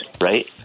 right